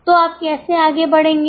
तो आप कैसे आगे बढ़ेंगे